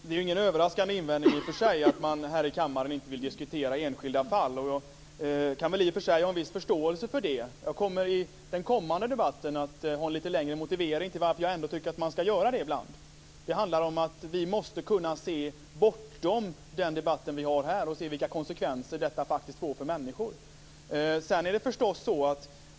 Fru talman! Det är i och för sig ingen överraskande invändning att man inte vill diskuterar enskilda fall här i kammaren. Jag kan ha en viss förståelse för det. I den kommande debatten kommer jag att framföra en lite längre motivering till varför jag tycker att man ändå skall göra det ibland. Det handlar om att vi måste kunna se bortom den debatt som vi har här och se vilka konsekvenser detta faktiskt får för människor.